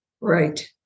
Right